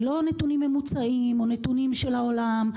ולא נתונים ממוצעים או נתונים של העולם.